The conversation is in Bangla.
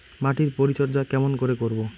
মাটির পরিচর্যা কেমন করে করব?